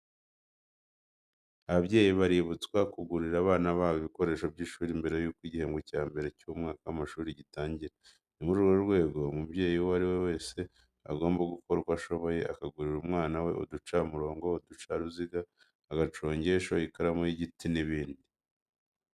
Ababyeyi baributswa kugurira abana babo ibikoresho by'ishuri mbere yuko igihembwe cya mbere cy'umwaka w'amashuri gitangira. Ni muri urwo rwego umubyeyi uwo ari we wese agomba gukora uko ashoboye akagurira umwana we uducamurongo, uducaruziga, agacongesho, ikaramu y'igiti n'ibindi.